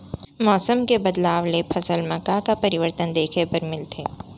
मौसम के बदलाव ले फसल मा का का परिवर्तन देखे बर मिलथे?